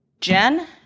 Jen